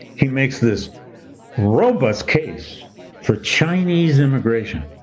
he makes this robust case for chinese immigration,